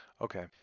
okay